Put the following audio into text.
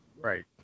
right